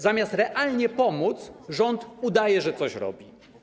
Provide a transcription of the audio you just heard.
Zamiast realnie pomóc, rząd udaje, że coś robi.